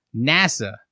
NASA